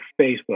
Facebook